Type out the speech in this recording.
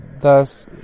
thus